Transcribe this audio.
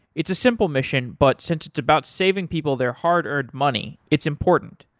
it's a simple mission, but since it's about saving people their hard earned money, it's important.